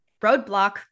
roadblock